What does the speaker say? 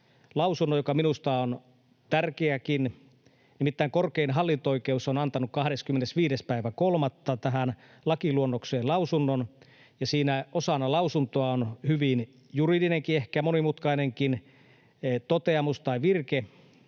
lausunnon, joka minusta on tärkeäkin. Nimittäin korkein hallinto-oikeus on antanut 25.3. tähän lakiluonnokseen lausunnon, ja siinä osana lausuntoa on hyvin juridinenkin ja ehkä monimutkainenkin toteamus tai virke,